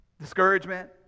discouragement